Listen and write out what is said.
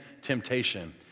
temptation